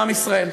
עם ישראל.